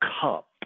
cup